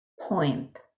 point